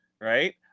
right